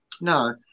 No